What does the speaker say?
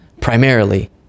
primarily